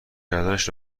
کردنش